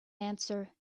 answer